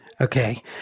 Okay